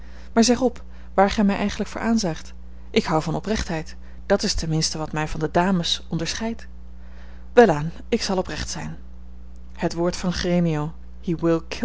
maar zeg op waar gij mij eigenlijk voor aanzaagt ik houd van oprechtheid dat is ten minste wat mij van de dames onderscheidt welaan ik zal oprecht zijn het woord van